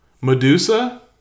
Medusa